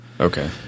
Okay